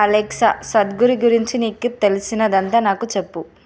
Alexa Sadhguru గురించి నీకు తెలిసినదంతా నాకు చెప్పు